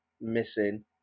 missing